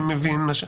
אני מבין,